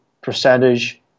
percentage